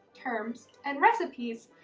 terms, and recipes,